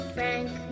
Frank